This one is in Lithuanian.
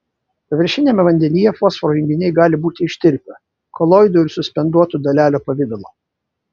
paviršiniame vandenyje fosforo junginiai gali būti ištirpę koloidų ir suspenduotų dalelių pavidalo